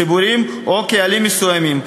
ציבורים או קהלים מסוימים,